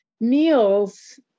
meals